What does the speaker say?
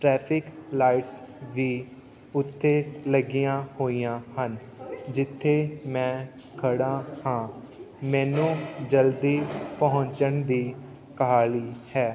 traffic lights ਵੀ ਉੱਥੇ ਲੱਗੀਆਂ ਹੋਈਆਂ ਹਨ ਜਿੱਥੇ ਮੈਂ ਖੜ੍ਹਾ ਹਾਂ ਮੈਨੂੰ ਜਲਦੀ ਪਹੁੰਚਣ ਦੀ ਕਾਹਲੀ ਹੈ